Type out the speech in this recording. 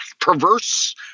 perverse